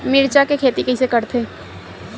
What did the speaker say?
मिरचा के खेती कइसे करथे?